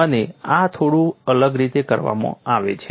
અને આ થોડું અલગ રીતે કરવામાં આવે છે